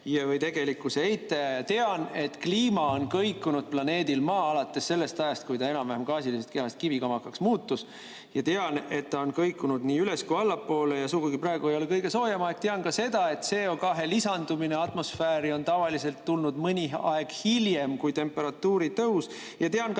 ehk tegelikkuse eitaja. Ma tean, et kliima on kõikunud planeedil Maa alates sellest ajast, kui ta enam-vähem gaasilisest kehast kivikamakaks muutus. Ma tean, et ta on kõikunud nii üles‑ kui ka allapoole ja praegu ei ole sugugi kõige soojem aeg. Tean ka seda, et CO2lisandumine atmosfääri on tavaliselt tulnud mõni aeg hiljem kui temperatuuri tõus. Ja tean ka